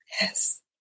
Yes